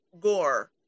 gore